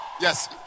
Yes